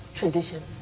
tradition